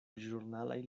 ĵurnalaj